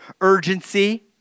urgency